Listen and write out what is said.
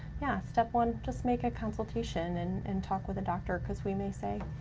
yeah, step one, just make a consultation and and talk with a doctor, cause we may say,